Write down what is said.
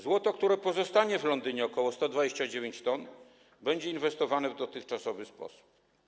Złoto, które pozostanie w Londynie, tj. ok. 129 t, będzie inwestowane w dotychczasowy sposób.